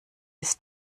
ist